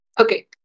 Okay